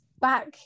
back